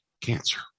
cancer